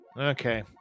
Okay